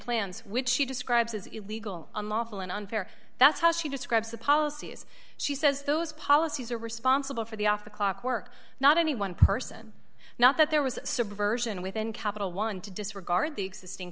plans which she describes as illegal unlawful and unfair that's how she describes the policies she says those policies are responsible for the off the clock work not any one person not that there was a subversion within capital one to disregard the existing